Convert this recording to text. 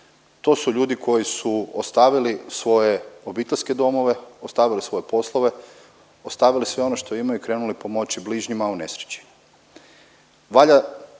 To su ljudi koji su ostavili svoje obiteljske domove, ostavili svoje poslove, ostavili sve ono što imaju i krenuli pomoći bližnjima u nesreći.